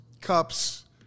cups